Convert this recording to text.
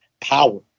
power